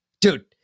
Dude